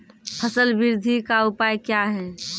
फसल बृद्धि का उपाय क्या हैं?